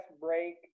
break